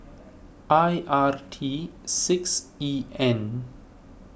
I R T six E N